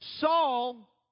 Saul